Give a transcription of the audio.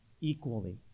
equally